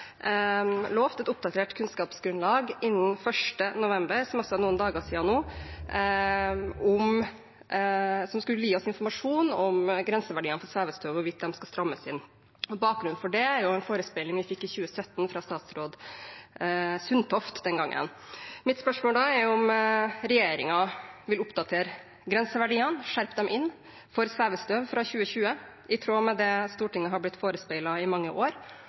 et oppdatert kunnskapsgrunnlag innen 1. november, som er noen dager siden nå, som skulle gi oss informasjon om grenseverdiene for svevestøv og hvorvidt de skal strammes inn. Bakgrunnen for det er en forespeiling vi fikk i 2017, fra statsråd Sundtoft den gangen. Mitt spørsmål er om regjeringen vil oppdatere grenseverdiene – skjerpe dem inn – for svevestøv fra 2020, i tråd med det Stortinget har blitt forespeilet i mange år,